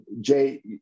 Jay